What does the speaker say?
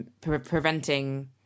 preventing